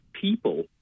people